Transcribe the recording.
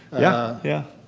yeah. yeah.